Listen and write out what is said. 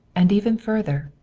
and even further,